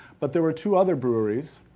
but there were two other breweries.